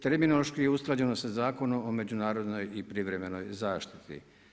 Terminološki je usklađeno sa Zakonom o međunarodnoj i privremenoj zaštiti.